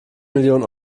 millionen